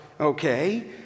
okay